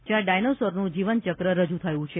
જયાં ડાયનાસોરનું જીવનચક્ર રજૂ થયું છે